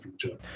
future